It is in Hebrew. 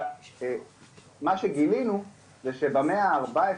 מה שגילינו, הוא שבמאה ה-14